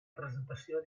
presentació